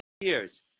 years